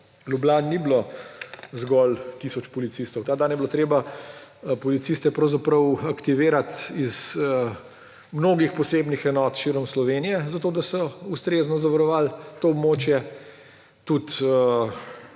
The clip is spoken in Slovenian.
Ljubljani ni bilo zgolj tisoč policistov, ta dan je bilo treba policiste pravzaprav aktivirati iz mnogih posebnih enot širom Slovenije, zato da so ustrezno zavarovali to območje. Tudi